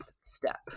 step